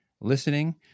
listening